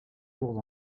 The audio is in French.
jours